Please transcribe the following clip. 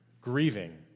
grieving